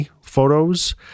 photos